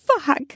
fuck